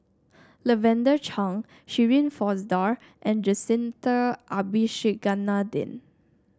Lavender Chang Shirin Fozdar and Jacintha Abisheganaden